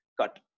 cut